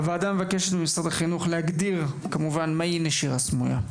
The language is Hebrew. הוועדה מבקשת ממשרד החינוך להגדיר מה היא נשירה סמויה.